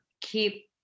keep